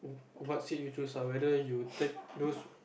what seat you choose ah whether you take those